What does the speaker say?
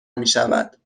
میشود